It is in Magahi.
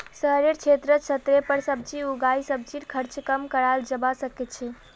शहरेर क्षेत्रत छतेर पर सब्जी उगई सब्जीर खर्च कम कराल जबा सके छै